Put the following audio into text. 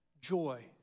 joy